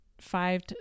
five